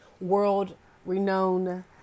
world-renowned